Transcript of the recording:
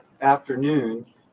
afternoon